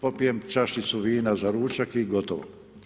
Popijem čašicu vina za ručak i gotovo.